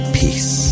peace